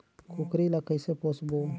कूकरी ला कइसे पोसबो?